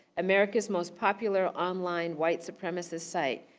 america's most popular online white supremacist site,